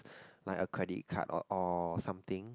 like a credit card or or something